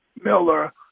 Miller